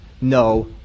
no